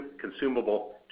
consumable